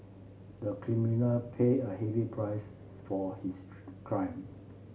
the criminal paid a heavy price for his crime